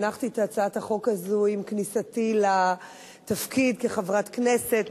הנחתי את הצעת החוק הזו עם כניסתי לתפקיד כחברת כנסת.